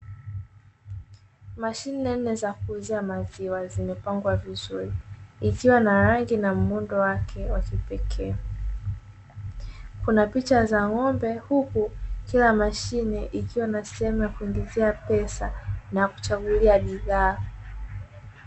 Mashine nne za kuuza maziwa zimepangwa vizuri, ikiwa na rangi na muundo wake wa kipekee, kuna picha za ng'ombe huku kila mashine ikiwa na sehemu ya kuingizia pesa na kuchagulia bidhaa.